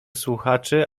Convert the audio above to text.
słuchaczy